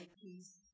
peace